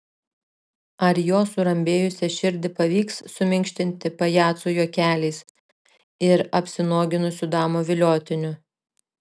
ar jo surambėjusią širdį pavyks suminkštinti pajacų juokeliais ir apsinuoginusių damų viliotiniu